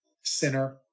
sinner